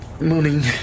Morning